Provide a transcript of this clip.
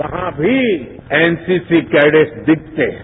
वहां भी N C C cadets दिखते हैं